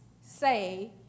say